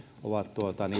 ovat